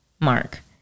mark